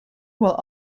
will